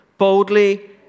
Boldly